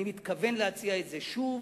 אני מתכוון להציע שוב